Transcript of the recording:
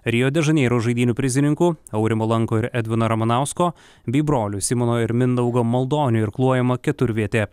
rio de žaneiro žaidynių prizininkų aurimo lanko ir edvino ramanausko bei brolių simono ir mindaugo maldonių irkluojama keturvietė